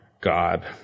God